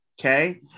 Okay